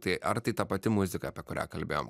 tai ar tai ta pati muzika apie kurią kalbėjom